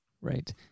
Right